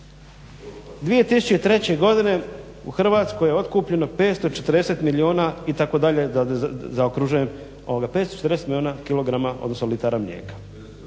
2003. godine u Hrvatskoj je otkupljeno 540 milijuna i tako dalje, da zaokružujem, 540 milijuna kilograma, odnosno litara mlijeka,